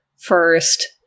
first